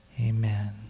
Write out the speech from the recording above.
Amen